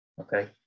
Okay